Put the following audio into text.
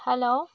hello